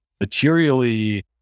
materially